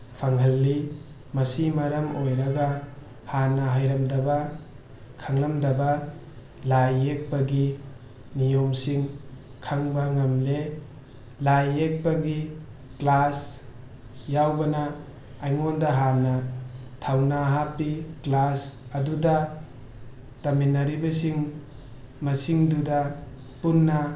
ꯐꯪꯍꯜꯂꯤ ꯃꯁꯤꯅ ꯃꯔꯝ ꯑꯣꯏꯔꯒ ꯍꯥꯟꯅ ꯍꯩꯔꯝꯗꯕ ꯈꯪꯂꯝꯗꯕ ꯂꯥꯏ ꯌꯦꯛꯄꯒꯤ ꯅꯤꯌꯣꯝꯁꯤꯡ ꯈꯪꯕ ꯉꯝꯂꯦ ꯂꯥꯏ ꯌꯦꯛꯄꯒꯤ ꯀ꯭ꯂꯥꯁ ꯌꯥꯎꯕꯅ ꯑꯩꯉꯣꯟꯗ ꯍꯥꯟꯅ ꯊꯧꯅꯥ ꯍꯥꯞꯄꯤ ꯀ꯭ꯂꯥꯁ ꯑꯗꯨꯗ ꯇꯝꯃꯤꯟꯅꯔꯤꯕꯁꯤꯡ ꯃꯁꯤꯡꯗꯨꯗ ꯄꯨꯟꯅ